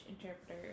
interpreter